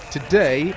Today